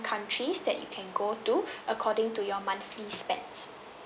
countries that you can go to according to your monthly spends